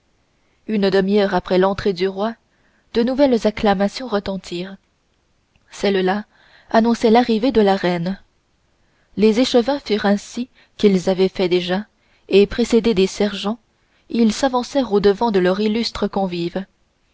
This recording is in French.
une demi-heure après l'entrée du roi de nouvelles acclamations retentirent celles-là annonçaient l'arrivée de la reine les échevins firent ainsi qu'ils avaient fait déjà et précédés des sergents ils s'avancèrent au devant de leur illustre convive